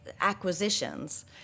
acquisitions